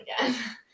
again